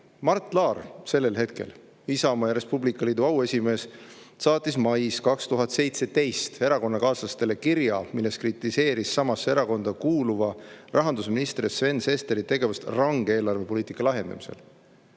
Mart Laar, kes sellel hetkel oli Isamaa ja Res Publica Liidu auesimees, saatis mais 2017. aastal erakonnakaaslastele kirja, milles kritiseeris samasse erakonda kuuluva rahandusministri Sven Sesteri tegevust range eelarvepoliitika lahjendamisel.